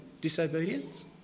disobedience